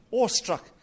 awestruck